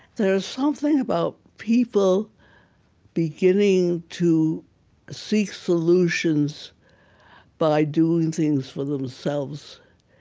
there's something about people beginning to seek solutions by doing things for themselves,